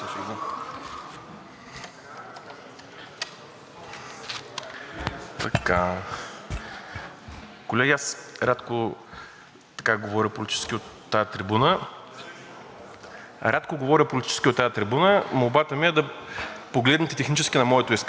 рядко говоря политически от тази трибуна. Молбата ми е да погледнете технически на моето изказване – това, което бих желал да направя като предложение. За мен е много важно